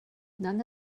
none